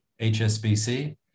HSBC